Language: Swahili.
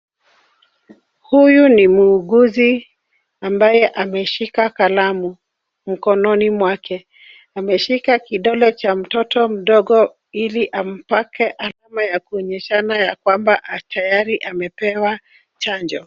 Huyu ni muuguzi ambaye ameshika kalamu mkononi mwake. Ameshika kidole cha mtoto mdogo ili ampake hatima ya kuonyeshana ya kwamba tayari amepewa chanjo.